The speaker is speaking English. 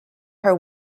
her